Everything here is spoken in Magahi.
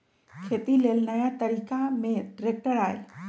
खेती लेल नया तरिका में ट्रैक्टर आयल